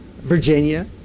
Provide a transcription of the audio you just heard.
Virginia